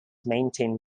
maintained